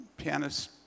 pianists